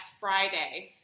Friday